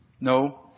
No